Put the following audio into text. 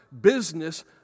business